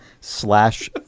slash